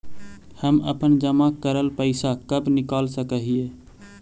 हम अपन जमा करल पैसा कब निकाल सक हिय?